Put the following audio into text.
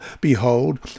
Behold